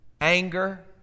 anger